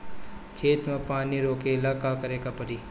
खेत मे पानी रोकेला का करे के परी?